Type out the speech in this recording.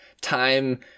Time